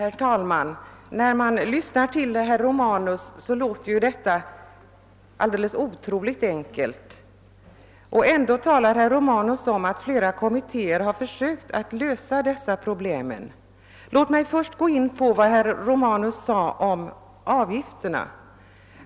Herr talman! När man lyssnar till herr Romanus låter detta alldeles otroligt enkelt, och ändå talar herr Romanus om att flera kommittéer har försökt att lösa detta problem. Låt mig först gå in på vad herr Romanus sade om avgifterna.